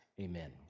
Amen